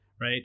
right